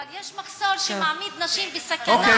אבל יש מחסור שמעמיד נשים בסכנה,